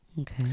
Okay